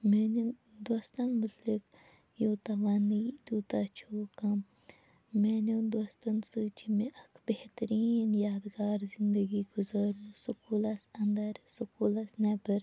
میٛانیٚن دوستَن مُتعلق یوٗتاہ وَننہٕ یی تیٛوٗتاہ چھُ کم میٛانیٚن دوستَن سۭتۍ چھِ مےٚ اکھ بہتریٖن یادگار زِندگی گُزٲرمٕژ سُکوٗلَس اَنٛدر سُکوٗلَس نیٚبر